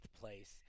place